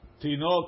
tino